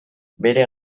bere